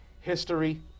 History